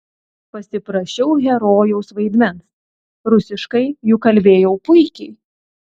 pasiprašiau herojaus vaidmens rusiškai juk kalbėjau puikiai